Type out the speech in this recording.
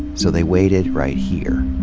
so they waited right here.